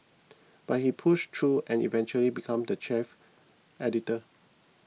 but he pushed through and eventually became the chief editor